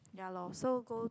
ya lor so go